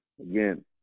Again